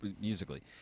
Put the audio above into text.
Musically